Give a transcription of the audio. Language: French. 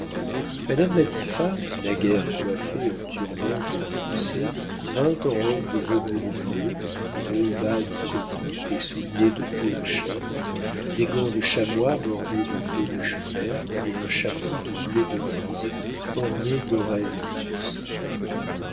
madame matifat naguère coiffée en turban pour danser vint en robe de velours bleu gros bas de coton et souliers de peau de chèvre des gants de chamois bordés de peluche verte et un chapeau doublé de rose orné d'oreilles d'ours